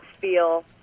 feel